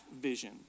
vision